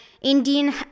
Indian